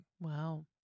Wow